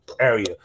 area